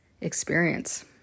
experience